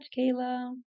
Kayla